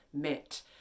met